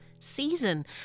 season